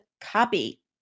copy